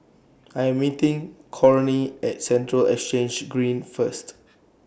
I Am meeting At Central Exchange Green First